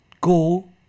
go